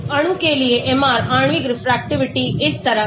अणु के लिए MR आणविक रेफ्रेक्टिविटी इस तरह है